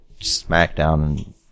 SmackDown